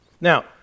Now